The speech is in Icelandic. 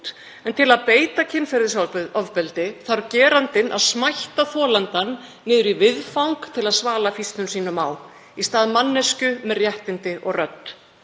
en til að beita kynferðisofbeldi þarf gerandinn að smætta þolandann niður í viðfang til að svala fýsnum sínum á, í stað manneskju með réttindi og rödd.